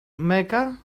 mecca